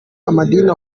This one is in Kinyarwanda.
amadini